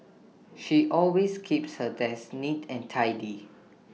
she always keeps her desk neat and tidy